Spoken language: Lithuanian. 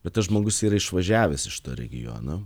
bet tas žmogus yra išvažiavęs iš to regiono